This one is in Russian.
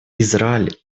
израиль